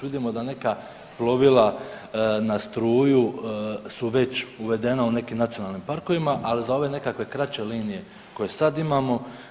Vidimo da neka plovila na struju su već uvedena u nekim nacionalnim parkovima, ali za ove nekakve kraće linije koje sad imamo.